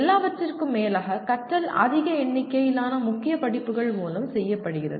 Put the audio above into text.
எல்லாவற்றிற்கும் மேலாக கற்றல் அதிக எண்ணிக்கையிலான முக்கிய படிப்புகள் மூலம் செய்யப்படுகிறது